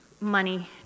money